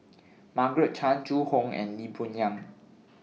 Margaret Chan Zhu Hong and Lee Boon Yang